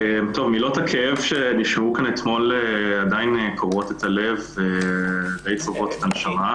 מילות הכאב שנשמעו כאן אתמול עדיין קורעות את הלב ודי צובעות את הנשמה,